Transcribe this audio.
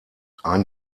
ein